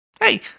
Hey